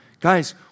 Guys